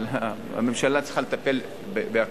אבל הממשלה צריכה לטפל בכול.